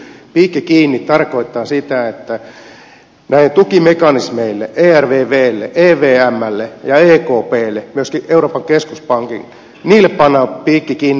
piikki kiinni tarkoittaa sitä että näille tukimekanismeille ervvlle evmlle ja ekplle myöskin euroopan keskuspankille pannaan piikki kiinni